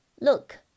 look